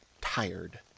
tired